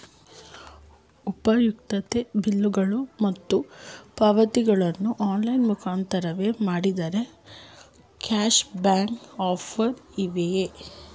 ಉಪಯುಕ್ತತೆ ಬಿಲ್ಲುಗಳು ಮತ್ತು ಪಾವತಿಗಳನ್ನು ಆನ್ಲೈನ್ ಮುಖಾಂತರವೇ ಮಾಡಿದರೆ ಕ್ಯಾಶ್ ಬ್ಯಾಕ್ ಆಫರ್ಸ್ ಇವೆಯೇ?